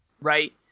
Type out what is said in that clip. right